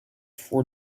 for